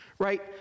Right